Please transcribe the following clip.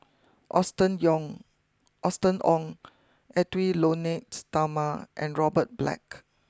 Austen Yong Austen Ong Edwy Lyonet Talma and Robert Black